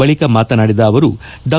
ಬಳಿಕ ಮಾತನಾಡಿದ ಅವರು ಡಾ